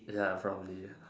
ya probably